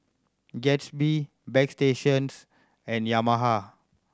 Gatsby Bagstationz and Yamaha